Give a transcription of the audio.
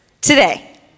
today